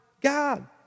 God